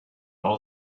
all